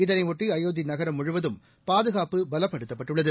இதனையொட்டி அயோத்தி நகரம் முழுவதம் பாதுகாப்பு பலப்படுத்தப்பட்டுள்ளது